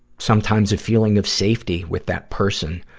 sometimes a feeling of safety with that person.